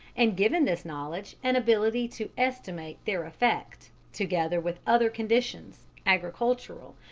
and given this knowledge, an ability to estimate their effect, together with other conditions, agricultural,